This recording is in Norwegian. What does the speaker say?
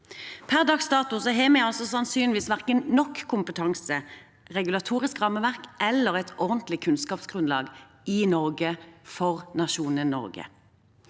Per dags dato har vi sannsynligvis verken nok kompetanse, regulatorisk rammeverk eller et ordentlig kunnskapsgrunnlag i Norge for nasjonen Norge.